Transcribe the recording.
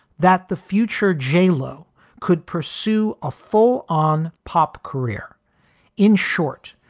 that the future j lo could pursue a full on pop career in short,